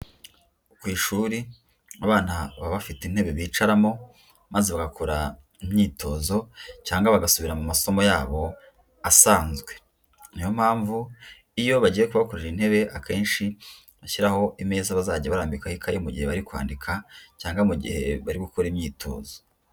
Ku ishuri abana baba bafite intebe bicaramo maze bagakora imyitozo cyangwa bagasubira mu masomo yabo asanzwe, niyo mpamvu iyo bagiye kubakorera intebe akenshi bashyiraho imeza bazajya barambikaho ikayi mu gihe bari kwandika cyangwa mu gihe bari gukora imyitozo.